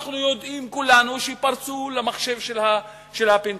אנחנו ידועים כולנו שפרצו למחשב של הפנטגון,